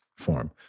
form